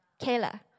Kayla